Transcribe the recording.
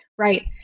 Right